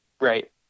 Right